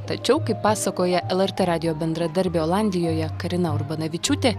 tačiau kaip pasakoja lrt radijo bendradarbė olandijoje karina urbanavičiūtė